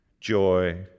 joy